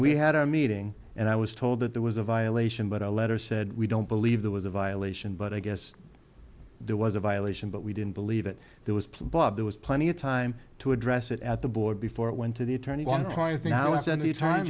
we had a meeting and i was told that there was a violation but our letter said we don't believe there was a violation but i guess there was a violation but we didn't believe it there was put up there was plenty of time to address it at the board before it went to the attorney